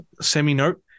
semi-note